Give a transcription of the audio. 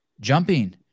Jumping